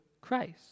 Christ